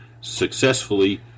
successfully